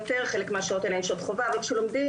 חלק מהשעות האלה הן שעות חובה אבל כשלומדים